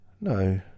no